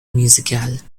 musicales